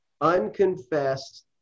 unconfessed